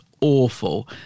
awful